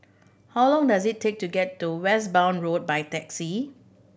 how long does it take to get to Westbourne Road by taxi